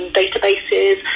databases